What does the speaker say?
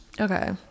Okay